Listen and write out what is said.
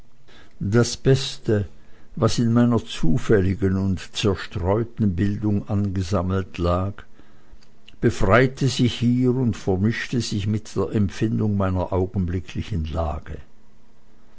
das beste was in meiner zufälligen und zerstreuten bildung angesammelt lag befreite sich hier und vermischte sich mit der empfindung meiner augenblicklichen lage